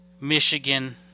Michigan